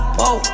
whoa